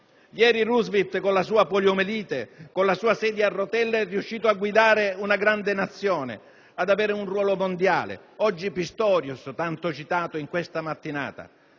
ieri Roosevelt con la sua poliomielite, con la sua sedia a rotelle è riuscito a guidare una grande Nazione, ad avere un ruolo mondiale. Oggi Pistorius, tanto citato in questa mattinata.